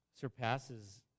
surpasses